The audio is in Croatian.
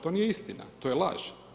To nije istina, to je laž.